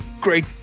great